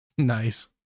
Nice